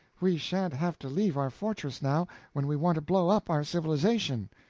we sha'n't have to leave our fortress now when we want to blow up our civilization.